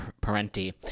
Parenti